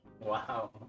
Wow